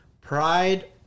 Pride